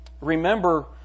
remember